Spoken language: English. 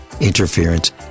interference